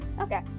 Okay